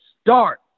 start